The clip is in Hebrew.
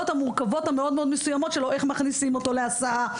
המורכבות המאוד מסוימות שלו איך מכניסים אותו להסעה.